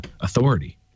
authority